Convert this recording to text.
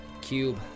cube